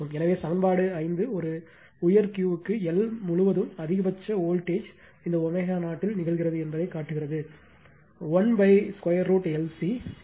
எனவே சமன்பாடு 5 ஒரு உயர் Q க்கு L முழுவதும் அதிகபட்ச வோல்ட்டேஜ் இந்த ω0 இல் நிகழ்கிறது என்பதைக் காட்டுகிறது 1√L C